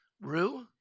Rue